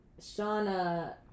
Shauna